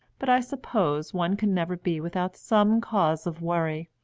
but i suppose one can never be without some cause of worry,